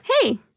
Hey